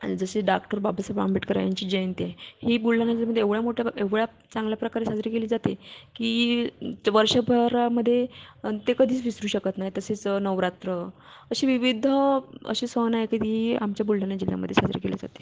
जसे डाक्टर बाबासाहेब आंबेडकर यांची जयंती आहे ही बुलढाण्याच्यामध्ये एवढा मोठा एवढा चांगल्या प्रकारे साजरी केली जाते की वर्षभरामध्ये ते कधीच विसरू शकत नाही तसेच नवरात्र अशे विविध असे सण आयते की आमच्या बुलढाणा जिल्ह्यामध्ये साजरे केले जाते